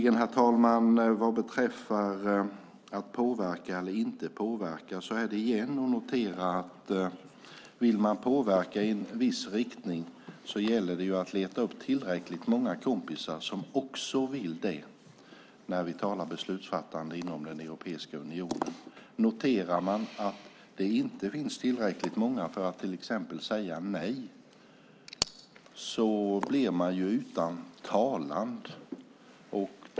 Vad beträffar att påverka eller inte påverka är det igen att notera att vill man påverka i en viss riktning gäller det att leta upp tillräckligt många kompisar som också vill det när vi talar om beslutsfattande inom den europeiska unionen. Noterar man att det inte finns tillräckligt många för att till exempel säga nej blir man utan talan.